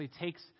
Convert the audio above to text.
takes